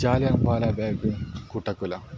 ജാലിയൻ വാലാബാഗ് കൂട്ടക്കൊല